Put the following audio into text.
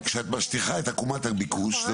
--- כשאת משטיחה את עקומת הביקוש,